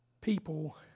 people